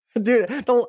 dude